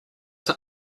does